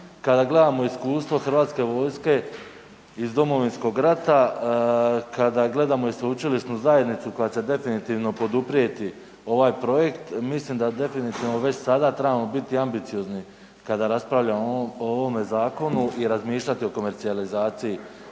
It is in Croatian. Kada gledamo iskustva iz Domovinskog rata, kada gledamo i sveučilišnu zajednicu koja će definitivno poduprijeti ovaj projekt mislim da već sada trebamo biti ambiciozni kada raspravljamo o ovome zakonu i razmišljati o komercijalizaciji